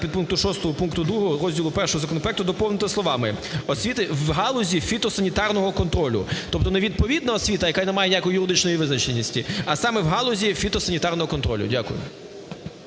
підпункту 6 пункту 2 розділу І законопроекту доповнити словами "освіти в галузі фітосанітарного контролю". Тобто не "відповідна освіта", яка не має ніякої юридичної визначеності, а саме "в галузі фітосанітарного контролю". Дякую.